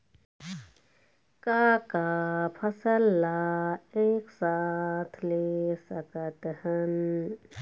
का का फसल ला एक साथ ले सकत हन?